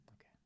Okay